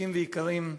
מתוקים ויקרים,